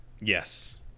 Yes